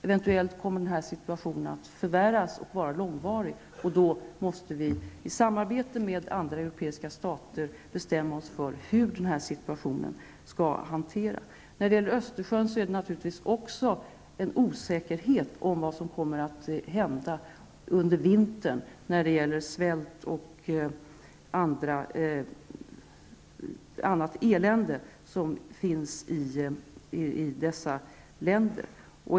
Eventuellt blir det under lång tid en förvärrad situation, och då måste vi i samarbete med andra europeiska stater bestämma oss för hur den situationen skall hanteras. När det gäller Östersjön är det naturligtvis också osäkert vad som kommer att hända under vintern när det gäller svälten och annat elände i dessa länder.